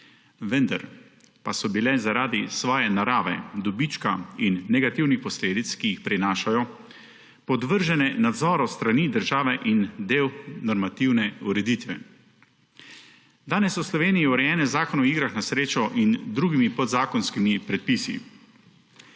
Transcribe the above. vendar pa so bile zaradi svoje narave dobička in negativnih posledic, ki jih prinašajo, podvržene nadzoru s strani države in del normativne ureditve. Danes so v Sloveniji urejene v Zakonu o igrah na srečo in z drugimi podzakonskimi predpisi.